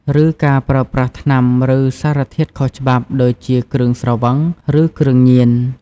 ឬការប្រើប្រាស់ថ្នាំ ឬសារធាតុខុសច្បាប់ ដូចជាគ្រឿងស្រវឹង ឬគ្រឿងញៀន ។